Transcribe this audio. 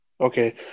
Okay